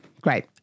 Great